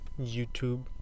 YouTube